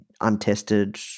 untested